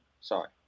Sorry